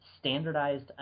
standardized